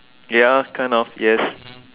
ya kind of yes (pob)